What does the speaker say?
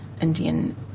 Indian